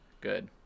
good